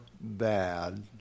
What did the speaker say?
bad